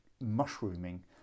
mushrooming